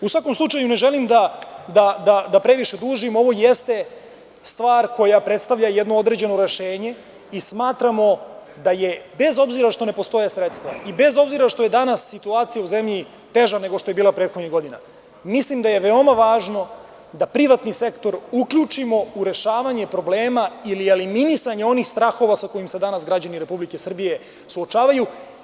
U svakom slučaju, ne želim da previše dužim, ovo jeste stvar koja predstavlja jedno određeno rešenje i smatramo da je, bez obzira što ne postoje sredstva i bez obzira što je danas situacija u zemlji teža nego što je bila prethodnih godina, mislim da je veoma važno da privatni sektor uključimo u rešavanje problema ili eliminisanje onih strahova sa kojima se danas građani Republike Srbije suočavaju.